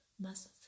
muscles